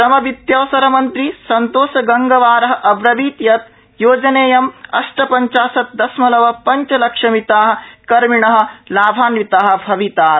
श्रमवृत्यवसरमन्त्री सन्तोष गंगवारः अब्रवीत् यत् योजनया अष्टपंचाशत् दशमलव पंच लक्षमिता कर्मिण लाभान्विता भवितार